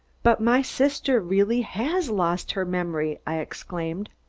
but my sister really has lost her memory! i exclaimed.